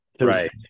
right